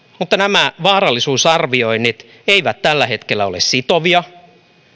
mutta nämä vaarallisuusarvioinnit eivät tällä hetkellä ole sitovia